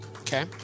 Okay